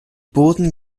boden